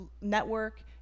network